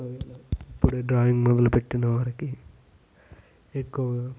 ఇప్పుడే డ్రాయింగ్ మొదలుపెట్టిన వారికి ఎక్కువగా